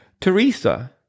Teresa